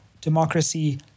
democracy